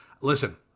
Listen